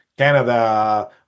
Canada